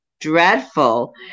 dreadful